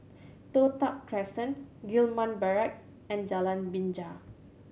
Toh Tuck Crescent Gillman Barracks and Jalan Binja